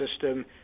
system